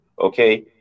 okay